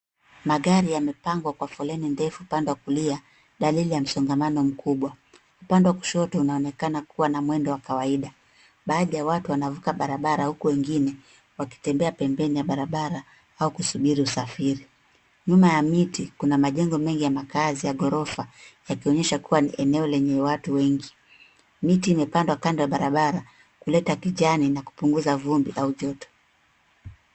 Magari yamepangwa kwa foleni ndefu upande wa kulia, dalili ya msongamano mkubwa. Upande wa kushoto unaonekana kuwa na mwendo wa kawaida . Baadhi ya watu wanaonekana kuvuka barabara huku wengine wakitembea pembeni ya barabara au kusubiri usafiri. Nyuma ya miti kuna majengo mengi ya makaazi ya ghorofa yakionyesha kuwa ni eneo lenye watu wengi. Miti imepandwa kando ya barabara kuleta kijani na kupunguza vumbi au joto.